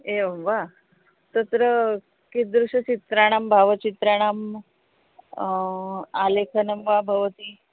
एवं वा तत्र किदृशचित्राणां भावचित्राणां आलेखनं वा भवति